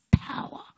power